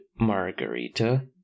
Margarita